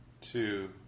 two